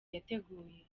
yateguye